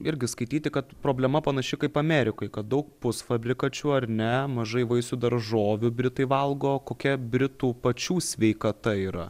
irgi skaityti kad problema panaši kaip amerikoj kad daug pusfabrikačių ar ne mažai vaisių daržovių britai valgo kokia britų pačių sveikata yra